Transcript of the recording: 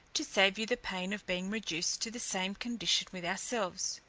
to save you the pain of being reduced to the same condition with ourselves.